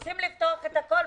רוצים לפתוח את הכול,